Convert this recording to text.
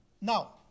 Now